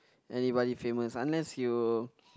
anybody famous unless you